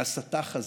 ההסתה חזרה,